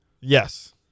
Yes